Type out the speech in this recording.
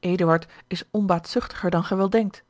eduard is onbaatzuchtiger dan gij wel denkt